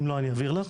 אם לא, אני אעביר לך,